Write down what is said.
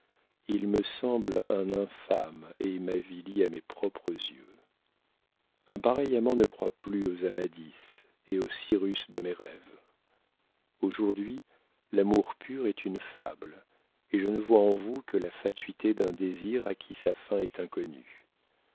il me semble un infâme et m'avilit à mes propres yeux un pareil amant ne croit plus aux amadis et aux cyrus de mes rêves aujourd'hui l'amour pur est une fable et je ne vois en vous que la fatuité d'un désir à qui sa fin est inconnue